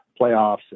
playoffs